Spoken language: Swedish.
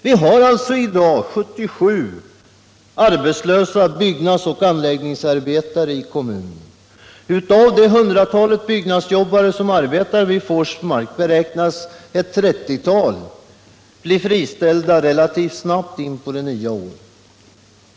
Vi har i dag 77 arbetslösa byggnadsoch anläggningsarbetare i kommunen. Av det hundratal byggnadsjobbare som arbetar vid Forsmark beräknas ett 30-tal bli friställda relativt snart in på det nya året.